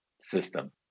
system